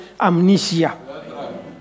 amnesia